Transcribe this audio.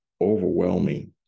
overwhelming